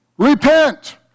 Repent